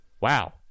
wow